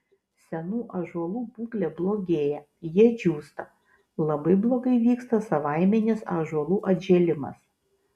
senų ąžuolų būklė blogėja jie džiūsta labai blogai vyksta savaiminis ąžuolų atžėlimas